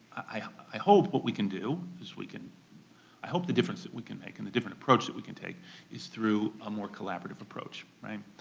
i hope what we can do is we can i hope the difference that we can make and the different approach that we can take is through a more collaborative approach, right?